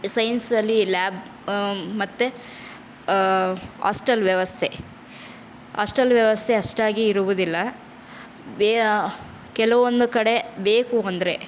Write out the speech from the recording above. science ಅಲ್ಲಿ lab ಮತ್ತು hostel ವ್ಯವಸ್ಥೆ ಹಾಸ್ಟಲ್ ವ್ಯವಸ್ಥೆ ಅಷ್ಟಾಗಿ ಇರುವುದಿಲ್ಲ ಬೇ ಕೆಲವೊಂದು ಕಡೆ ಬೇಕು ಅಂದರೆ